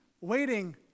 waiting